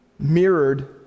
mirrored